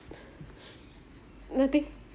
nothing